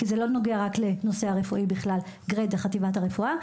כי זה לא נוגע רק לנושא הרפואי בכלל אלא לחטיבת הרפואה,